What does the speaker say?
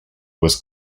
was